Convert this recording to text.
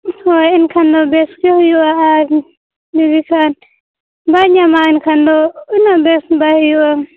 ᱦᱳᱭ ᱮᱱᱠᱷᱟᱱ ᱫᱚ ᱵᱮᱥᱜᱮ ᱦᱩᱭᱩᱜᱼᱟ ᱟᱨ ᱡᱚᱫᱤᱠᱷᱟᱱ ᱵᱟᱭᱧᱟᱢᱟ ᱮᱱᱠᱷᱟᱱ ᱫᱚ ᱩᱱᱟᱹᱜ ᱵᱮᱥ ᱵᱟᱭ ᱦᱩᱭᱩᱜᱼᱟ